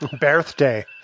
Birthday